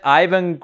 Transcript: ivan